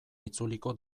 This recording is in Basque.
itzuliko